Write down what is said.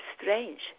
strange